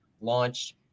launched